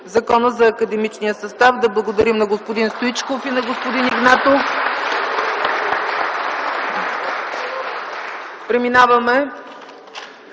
Законът за академичния състав. Да благодарим на господин Стоичков и на господин Игнатов.